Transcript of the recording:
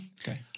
Okay